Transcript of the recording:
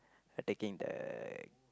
attacking the